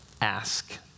ask